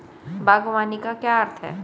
बागवानी का क्या अर्थ है?